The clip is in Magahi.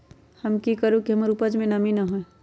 हम की करू की हमर उपज में नमी न होए?